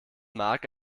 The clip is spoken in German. mark